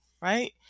right